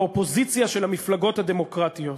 האופוזיציה של המפלגות הדמוקרטיות.